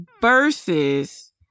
versus